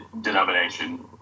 denomination